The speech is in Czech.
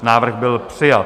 Návrh byl přijat.